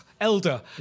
Elder